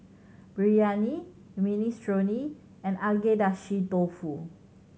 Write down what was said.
Biryani Minestrone and Agedashi Dofu